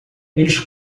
eles